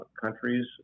countries